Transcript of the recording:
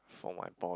for my poly